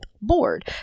board